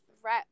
threat